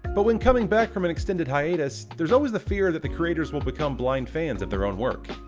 but when coming back from an extended hiatus, there's always the fear that the creators will become blind fans of their own work,